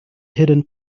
hidden